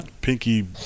Pinky